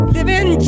Living